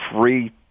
free